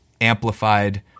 amplified